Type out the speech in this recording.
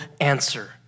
answer